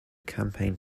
campaign